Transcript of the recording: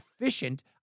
efficient